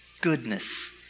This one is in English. goodness